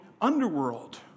underworld